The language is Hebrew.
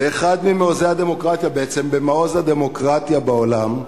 ומעוז הדמוקרטיה בעולם,